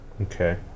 Okay